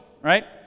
right